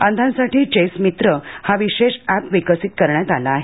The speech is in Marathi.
अंधांसाठी चेस मित्र विशेष हा अप विकसित करण्यात आला आहे